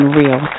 real